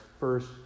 First